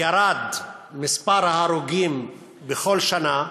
ירד מספר ההרוגים בכל שנה,